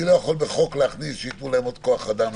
אני לא יכול להכניס בחוק הוספה של כוח אדם,